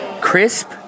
crisp